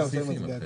לא,